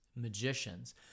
magicians